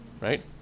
right